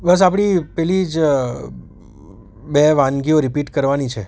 બસ આપણી પેલી જ બે વાનગીઓ રિપીટ કરવાની છે